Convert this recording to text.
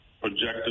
projected